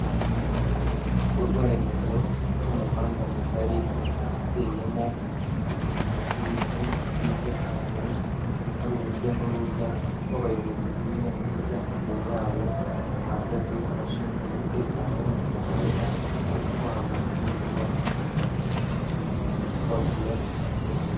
Igikorwa remezo cy'umuhanda mugari uteyemo ibiti byiza cyane, hari urujya n'uruza rw'abayobozi b'ibinyabiziga. Imbere yabo hahagaze abashinzwe umutekano wo mu muhanda, bari kubaha amabwiriza bababwira ikigenderewe.